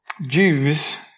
Jews